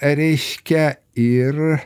reiškia ir